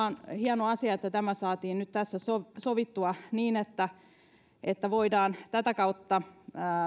on hieno asia että tämä saatiin nyt tässä sovittua niin että että voidaan tätä kautta